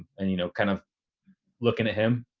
and you know, kind of looking at him.